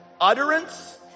Utterance